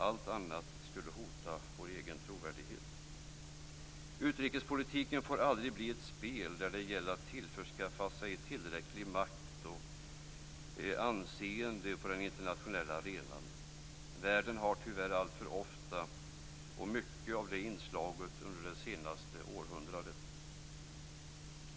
Allt annat skulle hota vår trovärdighet. Utrikespolitiken får aldrig bli ett spel där det gäller att tillförskaffa sig tillräcklig makt och tillräckligt anseende på den internationella arenan. Världen har tyvärr ofta haft alltför mycket av det inslaget under det senaste århundradet.